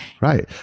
Right